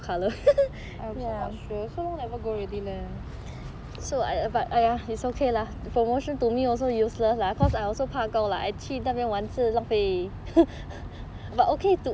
I also not sure so long never go already leh